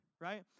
right